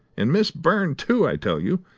and miss byrne, too, i tell you.